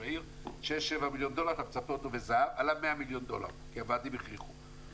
עלה 100 מיליון דולר כי הוועדים הכריחו.